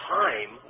time